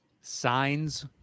Signs